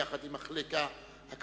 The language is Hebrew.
יחד עם המחלקה הכלכלית,